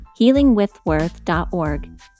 healingwithworth.org